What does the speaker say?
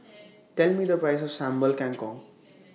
Tell Me The Price of Sambal Kangkong